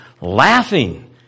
laughing